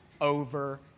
over